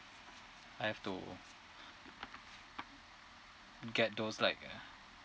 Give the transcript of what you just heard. I've to get those like